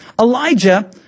Elijah